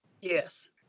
Yes